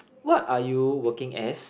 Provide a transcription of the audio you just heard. what are you working as